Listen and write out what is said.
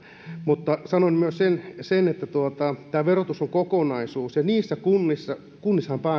mutta sanoin myös sen että verotus on kokonaisuus ja kunnissahan